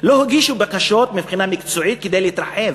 לא הגישו בקשות, מבחינה מקצועית, כדי להתרחב,